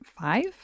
five